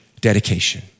dedication